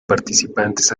participantes